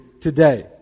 today